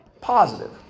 Positive